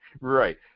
Right